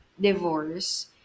divorce